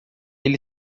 ele